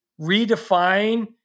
redefine